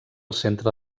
centre